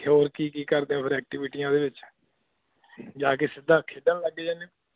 ਹੋਰ ਕੀ ਕੀ ਕਰਦੇ ਹੋ ਫਿਰ ਐਕਟੀਵਿਟੀਆਂ ਦੇ ਵਿੱਚ ਜਾ ਕੇ ਸਿੱਧਾ ਖੇਡਣ ਲੱਗ ਜਾਂਦੇ ਹੋ